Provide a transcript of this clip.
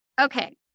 okay